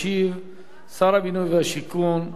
ישיב שר הבינוי והשיכון,